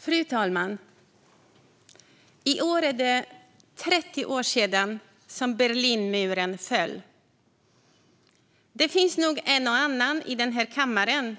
Fru talman! I år är det 30 år sedan som Berlinmuren föll. Det finns nog en och annan i den här kammaren